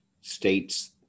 states